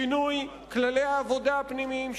שינוי כללי העבודה הפנימיים שלנו.